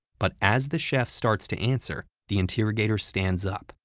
but as the chef starts to answer, the interrogator stands up,